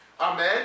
Amen